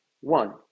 One